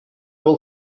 will